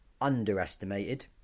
underestimated